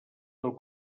del